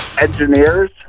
engineers